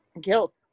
guilt